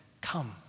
come